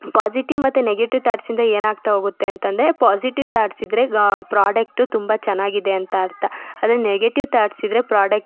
positive ಮತ್ತು negative ಥಾಟ್ಸಿಂದ ಏನಾಗ್ತಾ ಹೋಗುತ್ತೆ ಅಂತಂದರೆ ಪಾಸಿಟಿವ್ ಥಾಟ್ಸಿದ್ದರೆ ಪ್ರಾಡಕ್ಟು ತುಂಬ ಚೆನ್ನಾಗಿದೆ ಅಂತ ಅರ್ಥ ಅದೇ ನೆಗೆಟಿವ್ ಥಾಟ್ಸ್ ಇದ್ದರೆ ಪ್ರಾಡಕ್ಟು